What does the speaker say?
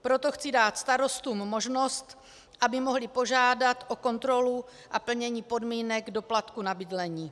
Proto chci dát starostům možnost, aby mohli požádat o kontrolu a plnění podmínek doplatku na bydlení.